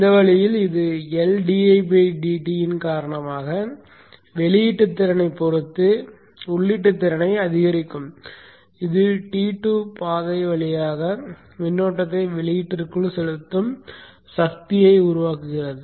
இந்த வழியில் இது L இன் காரணமாக வெளியீட்டு திறனைப் பொறுத்து உள்ளீட்டு திறனை அதிகரிக்கும் இது T2 பாதை வழியாக மின்னோட்டத்தை வெளியீட்டிற்குள் செலுத்தும் சக்தியை உருவாக்குகிறது